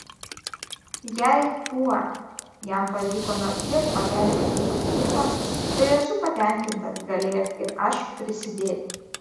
jei tuo jam pavyko nors kiek pakelti jūsų ūpą tai esu patenkintas galėjęs ir aš prisidėti